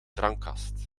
drankkast